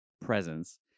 presence